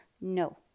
No